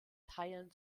teilen